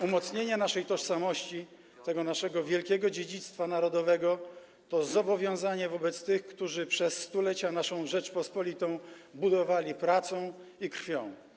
Umocnienie naszej tożsamości, tego naszego wielkiego dziedzictwa narodowego to zobowiązanie wobec tych, którzy przez stulecia naszą Rzeczpospolitą budowali pracą i krwią.